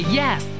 yes